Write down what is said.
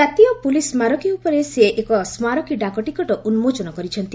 କାତୀୟ ପୁଲିସ୍ ସ୍କାରକୀ ଉପରେ ସେ ଏକ ସ୍କାରକୀ ଡାକ ଟିକେଟ୍ ଉନ୍କୋଚନ କରିଛନ୍ତି